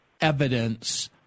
evidence